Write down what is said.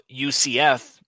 UCF